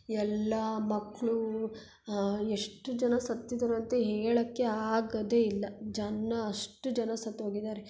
ಎಲ್ಲ ಮಕ್ಕಳು ಎಷ್ಟು ಜನ ಸತ್ತಿದ್ದಾರೆ ಅಂತ ಹೇಳೋಕ್ಕೇ ಆಗೋದೇ ಇಲ್ಲ ಜನ ಅಷ್ಟು ಜನ ಸತ್ತೋಗಿದ್ದಾರೆ